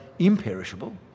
Imperishable